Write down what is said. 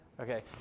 Okay